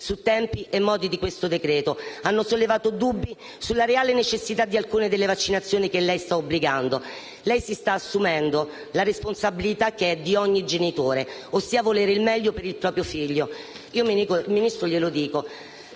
su tempi e modi di questo decreto. Hanno sollevato dubbi sulla reale necessità di alcune delle vaccinazioni che lei sta rendendo obbligatorie. Lei si sta assumendo la responsabilità che è di ogni genitore, ossia quella di volere il meglio per il proprio figlio. Ministro, glielo dico